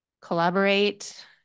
collaborate